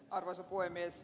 arvoisa puhemies